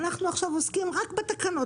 אנחנו עכשיו עוסקים רק בתקנות,